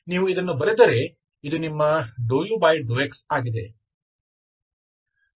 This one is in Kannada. ನೀವು ಇದನ್ನು ಬರೆದರೆ ಇದು ನಿಮ್ಮ∂u∂x ಆಗಿದೆ